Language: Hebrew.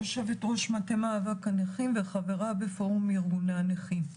יושבת-ראש מטה מאבק הנכים וחברה בפורום ארגוני הנכים.